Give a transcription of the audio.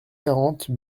quarante